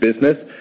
business